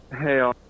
Hey